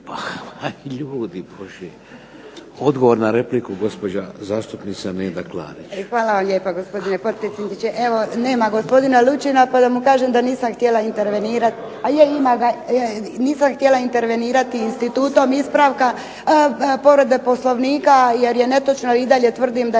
sve za to. Odgovor na repliku, gospođa zastupnica Neda Klarić. **Klarić, Nedjeljka (HDZ)** Hvala vam lijepa gospdine potpredsjedniče. Evo nema gospodina Lučina pa da mu kažem da nisam htjela intervenirati. A je, ima ga. Nisam htjela intervenirati institutom ispravka, povrede Poslovnika, jer je netočno i dalje tvrdim da